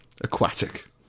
Aquatic